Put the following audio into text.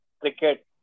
cricket